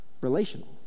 relational